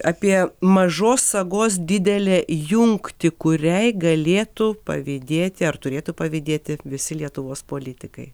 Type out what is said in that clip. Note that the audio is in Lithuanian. apie mažos sagos didelę jungtį kuriai galėtų pavydėti ar turėtų pavydėti visi lietuvos politikai